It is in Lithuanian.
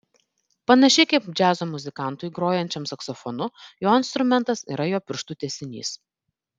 panašiai kaip džiazo muzikantui grojančiam saksofonu jo instrumentas yra jo pirštų tęsinys